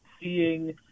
seeing